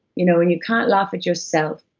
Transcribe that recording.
you know when you can't laugh at yourself,